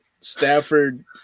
Stafford